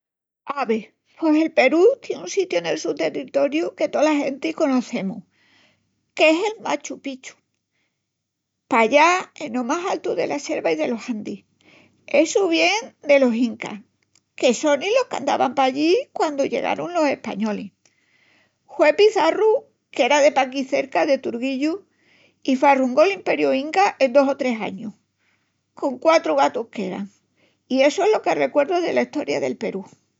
Ave, pos el Perú tien un sitiu nel su territoriu que tola genti conocemus, qu'es el Machu Picchu, pallá eno más altu dela selva i delos Andis. I essu vien delos Incas, que sonin los qu'andavan pallí quandu llegarun los españolis. Hue Piçarru, qu'era de paquí cerca, de Turgillu, i farrungó l'imperiu Inca en dos o tres añus, con quatru gatus que'eran. I essu es lo que me recuerdu dela Estoria del Perú.